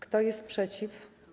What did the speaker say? Kto jest przeciw?